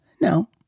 No